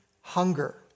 hunger